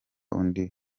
undi